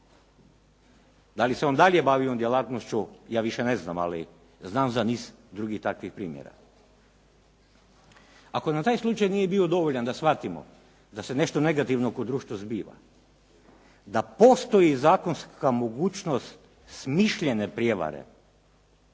Da li se on bavi ovom djelatnošću, ja više ne znam, ali znam za niz drugih takvih primjera. Ako nam taj slučaj nije bio dovoljan da shvatimo da se nešto negativno u društvu zbiva, da postoji zakonska mogućnost smišljene prijevare,